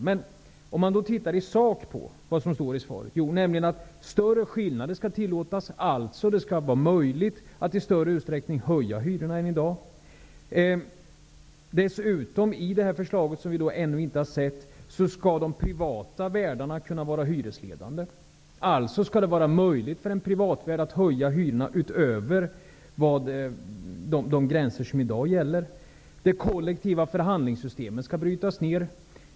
Men om man i sak tittar på vad som står i svaret, finner man att större skillnader skall tillåtas. Det skall alltså vara möjligt att i större utsträckning än i dag höja hyrorna. Detta förslag -- som vi ännu inte har sett -- innebär dessutom att de privata värdarna skall kunna vara hyresledande. Det skall alltså vara möjligt för en privatvärd att höja hyrorna utöver de gränser som i dag gäller. Det kollektiva förhandlingssystemet skall brytas ned.